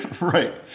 Right